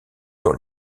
dans